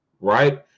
right